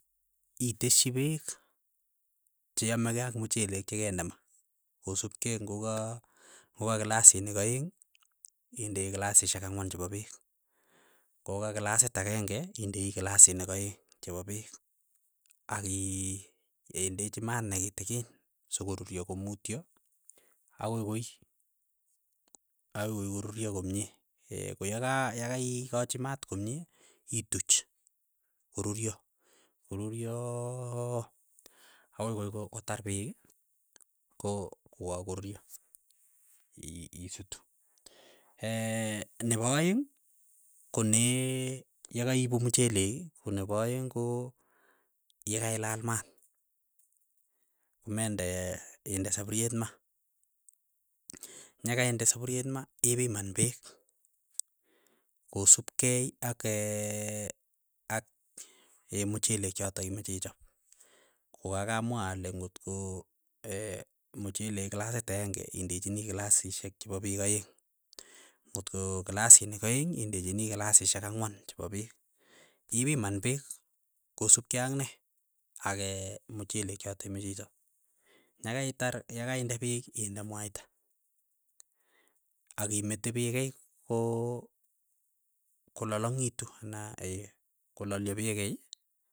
Iteshi peek cheyame kei ak mchelek che kende ma, kosupkei ng'o ka ng'o ka kilasinik aeng' indei kilasishek ang'wan chepo peek, ng'oka kilasit akeng'e indei kilasinik aeng' chepo peek, akii endechi maat nekitikin sokoruryo komutio akoi koi akoi koi koruryo komie koyaka yakai ikachi maat komie, ituch, koruryo, koruryo akoi koi ko kotar peek ko kokakoruryo, ii isutu, nepo aeng' kone yakaiipu mchelek konepo aeng' ko yakailal maat, komendee inde sapuriet ma, nyakainde sapurie ma, ipiman peek kosupeki ak ak mchelek chotok imache ichap, kokakamwa ale ngot ko mchelek kilasit akeng'e indechini kilasishek chepo peek aeng', ngot ko kilasinik aeng' indechini kilasishek ang'wan chepo peek, ipiman peek kosup kei ak ne, ake mchelek chotok imache ichap, nyakaitar yakainde peek inde mwaita, ak imete peek kei ko kolalang'itu na kolalyo peek kei.